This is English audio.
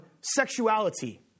sexuality